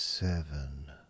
Seven